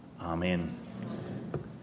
Amen